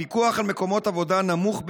הפיקוח על מקומות עבודה נמוך במיוחד,